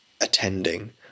attending